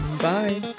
Bye